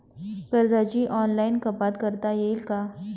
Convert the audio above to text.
कर्जाची ऑनलाईन कपात करता येईल का?